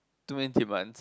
two men